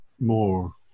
more